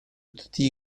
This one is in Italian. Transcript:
tutti